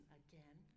again